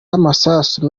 amasasu